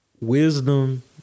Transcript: Wisdom